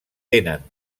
tenen